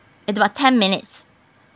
it's about ten minutes